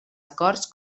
acords